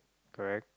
correct